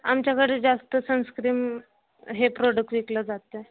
आमच्याकडे जास्त सनस्क्रीम हे प्रोडक्ट विकलं जातं आहे